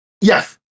Yes